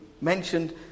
mentioned